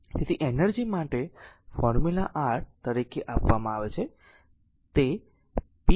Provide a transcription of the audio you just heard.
તેથી એનર્જી માટે formula r તરીકે આપવામાં આવે છે કે તે p t